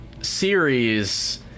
series